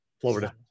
Florida